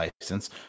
license